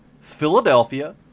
Philadelphia